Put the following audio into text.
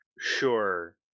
sure